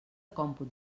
còmput